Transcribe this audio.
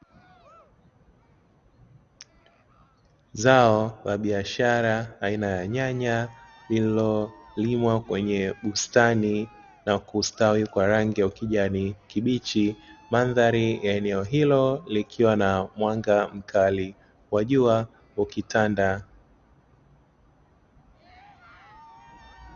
Zao la biashara aina ya nyanya lililolimwa kwenye bustani na kustawi kwa rangi ya ukijani kibichi. Mandhari ya eneo hilo likiwa na mwanga mkali wa jua ukitanda.